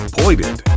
pointed